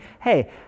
hey